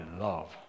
love